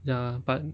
ya but